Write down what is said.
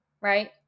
right